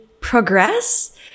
progress